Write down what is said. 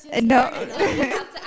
No